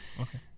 Okay